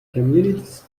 communities